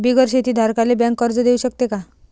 बिगर शेती धारकाले बँक कर्ज देऊ शकते का?